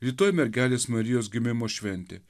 rytoj mergelės marijos gimimo šventė